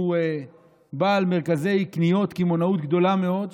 שהוא בעל מרכזי קניות קמעונאות גדולים מאוד,